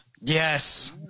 Yes